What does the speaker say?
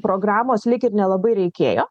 programos lyg ir nelabai reikėjo